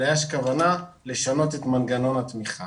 אלא יש כוונה לשנות את מנגנון התמיכה.